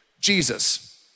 Jesus